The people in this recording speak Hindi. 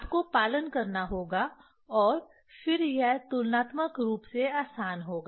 आपको पालन करना होगा और फिर यह तुलनात्मक रूप से आसान होगा